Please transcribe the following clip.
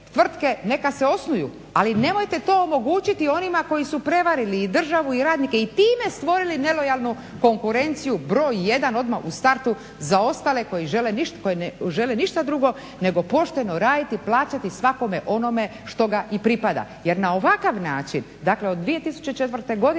neka se osnuju ali nemojte to omogućiti onima koji su prevarili i državu i radnike i time stvorili nelojalnu konkurenciju broj 1 odmah u startu za ostale koji ne žele ništa drugo nego pošteno raditi, plaćati svakome onome što ga i pripada. Jer na ovakav način, dakle od 2004. godine